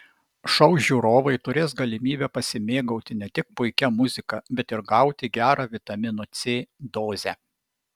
šou žiūrovai turės galimybę pasimėgauti ne tik puikia muzika bet ir gauti gerą vitamino c dozę